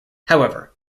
however